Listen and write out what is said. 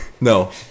No